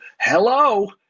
Hello